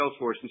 Salesforce